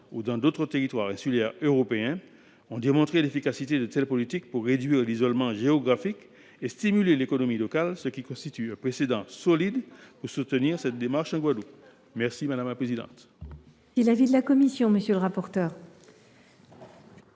ou dans d’autres territoires insulaires européens, ont montré l’efficacité de telles politiques pour réduire l’isolement géographique et stimuler l’économie locale. Voilà qui constitue un précédent solide pour soutenir une telle démarche en Guadeloupe. Quel est l’avis de